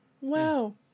Wow